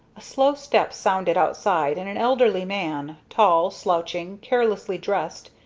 a slow step sounded outside, and an elderly man, tall, slouching, carelessly dressed,